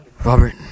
Robert